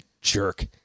jerk